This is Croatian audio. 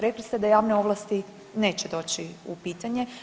Rekli ste da javne ovlasti neće doći u pitanje.